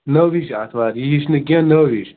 نٔو ہِش آتھوار یہِ ہِش نہٕ کیٚنٛہہ نٔو ہِش